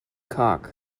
cock